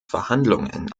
verhandlungen